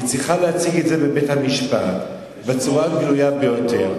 היא צריכה להציג את זה בבית-המשפט בצורה הגלויה ביותר.